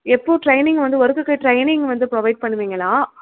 எப்போது ட்ரெயினிங் வந்து ஒர்க்குக்கு ட்ரெயினிங் வந்து ப்ரொவைட் பண்ணுவீங்களா